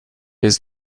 jest